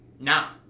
now